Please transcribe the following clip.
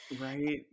Right